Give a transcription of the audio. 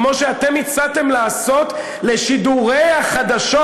כמו שאתם הצעתם לעשות לשידורי החדשות?